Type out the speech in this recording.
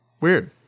Weird